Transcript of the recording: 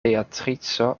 beatrico